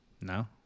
No